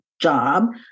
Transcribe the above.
job